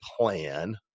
plan